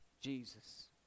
Jesus